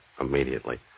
immediately